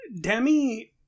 Demi